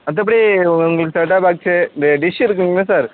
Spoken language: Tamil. மற்றபடி உங்களுக்கு செட் அப் பாக்ஸு இந்த டிஷ்ஷு இருக்குங்கள்லே சார்